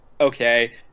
okay